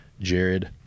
Jared